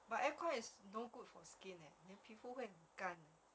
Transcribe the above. but aircon is no good for skin leh 你的皮肤会很干